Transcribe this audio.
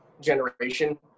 generation